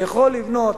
יכול לבנות,